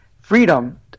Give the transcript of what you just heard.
freedom